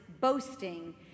boasting